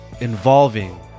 involving